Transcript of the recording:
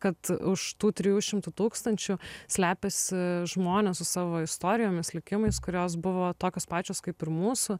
kad už tų trijų šimtų tūkstančių slepiasi žmonės su savo istorijomis likimais kurios buvo tokios pačios kaip ir mūsų